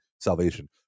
salvation